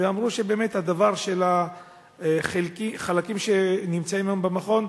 ואמרו שבאמת העניין של החלקים שנמצאים היום במכון,